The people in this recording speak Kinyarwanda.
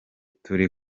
turi